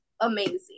amazing